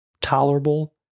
tolerable